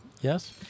Yes